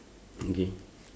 okay